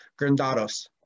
Grandados